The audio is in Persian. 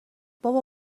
بابا